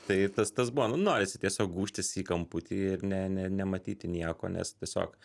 tai tas tas buvo nu norisi tiesiog gūžtis į kamputį ir ne ne nematyti nieko nes tiesiog